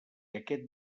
aquest